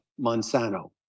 Monsanto